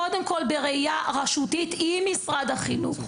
קודם כל בראייה רשותית אבל עם משרד החינוך.